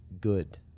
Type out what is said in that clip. good